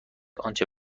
آنچه